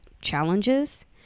challenges